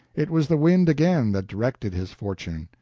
it was the wind again that directed his fortune.